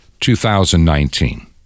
2019